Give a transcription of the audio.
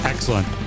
Excellent